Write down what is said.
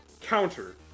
Counter